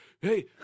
hey